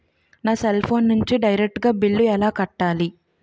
నా cell phone నుంచి direct గా బిల్లు ఎలా కట్టాలి?